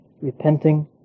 repenting